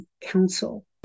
council